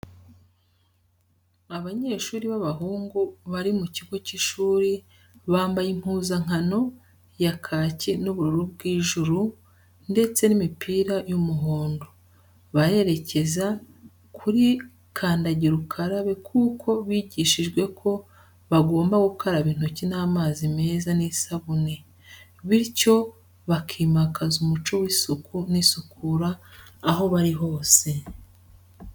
Abanyeshuri b'abahungu bari mu kigo cy'ishuri bambaye impuzankano ya kaki n'ubururu bw'ijuru ndetse n'imipira y'umuhondo, barerekeza kuri kandagira ukarabe kuko bigishijwe ko bagomba gukaraba intoki n'amazi meza n'isabune, bityo bakimakaza umuco w'isuku n'isukura aho bari hose.